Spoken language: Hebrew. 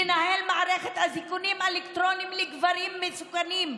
לנהל מערכת אזיקונים אלקטרוניים לגברים מסוכנים.